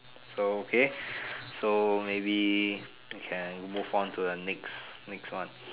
so okay so maybe can move on to the next next one